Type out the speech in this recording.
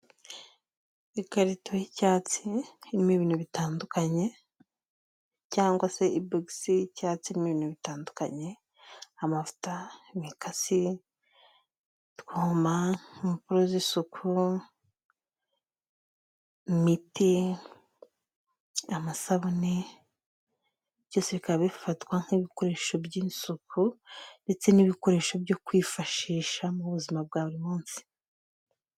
Ikarito y'icyatsi iririmo ibintu bitandukanye, cyangwa se ibogisi y'icyatsi n'ibintu bitandukanye, amavuta imikasi, utwoma impapuro z'isuku, imiti, amasabune byose bikaba bifatwa nk'ibikoresho by'isuku, ndetse n'ibikoresho byo kwifashisha mu buzima bwa buri munsi.